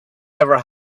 never